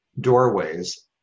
doorways